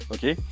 Okay